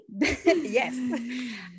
yes